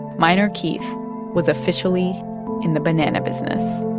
minor keith was officially in the banana business